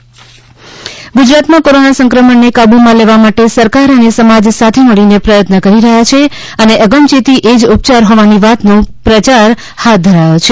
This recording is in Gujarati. કોરોના અપડેટ ગુજરાત ગુજરાતમાં કોરોના સંક્રમણને કાબૂમાં લેવા માટે સરકાર અને સમાજ સાથે મળીને પ્રયત્ન કરી રહ્યા છે અને અગમયેતી એ જ ઉપયાર હોવાની વાતનો પ્રયાર હાથ ધરાયો છે